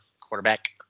quarterback